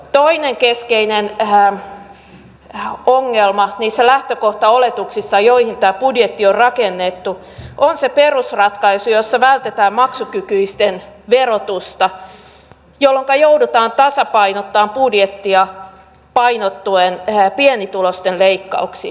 toinen keskeinen ongelma niissä lähtökohtaoletuksissa joille tämä budjetti on rakennettu on se perusratkaisu jossa vältetään maksukykyisten verotusta jolloinka joudutaan tasapainottamaan budjettia painottuen pienituloisten leikkauksiin